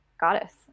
goddess